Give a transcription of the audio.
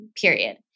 period